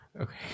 Okay